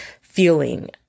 feeling